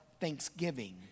thanksgiving